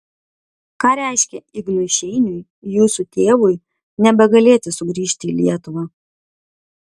ką reiškė ignui šeiniui jūsų tėvui nebegalėti sugrįžti į lietuvą